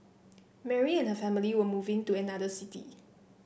Mary and her family were moving to another city